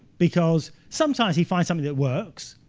because sometimes he finds something that works,